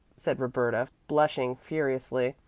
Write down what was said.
said roberta, blushing furiously,